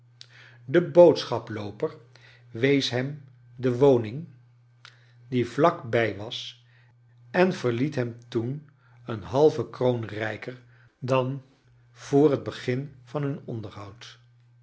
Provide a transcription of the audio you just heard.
de boodschaplooper wees hem de woning die vlak bij was en verliet hem toen een halve kroon rijker dan voor het begin van hun onderhoud